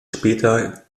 später